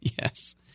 Yes